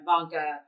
Ivanka